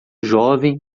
jovem